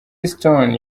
stone